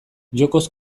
jokoz